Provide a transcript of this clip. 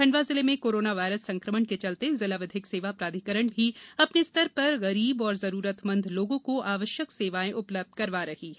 खण्डवा जिले में corona virus संक्रमण के चलते जिला विधिक सेवा प्राधिकरण भी अपने स्तर पर गरीब और जरूरतमंद लोगों को आवश्यक सेवाए उपलब्ध करवा रही हैं